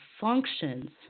functions